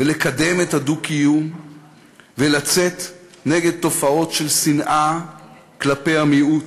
לקדם את הדו-קיום ולצאת נגד תופעות של שנאה כלפי המיעוט.